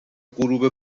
غروب